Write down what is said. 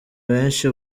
benshi